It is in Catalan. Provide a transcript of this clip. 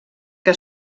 que